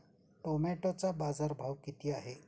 टोमॅटोचा बाजारभाव किती आहे?